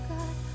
God